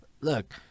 Look